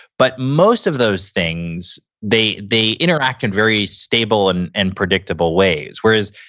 but most of those things, they they interact in very stable and and predictable ways. whereas,